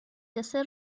دسر